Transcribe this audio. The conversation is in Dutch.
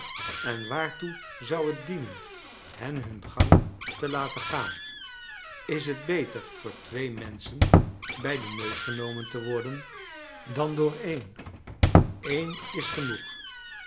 en waartoe zou het dienen hen hun gang te laten gaan is het beter door twee menschen bij den neus genomen te worworden dan door een een is genoeg